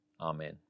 Amen